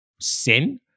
sin